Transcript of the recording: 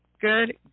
Good